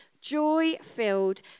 Joy-filled